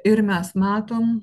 ir mes matom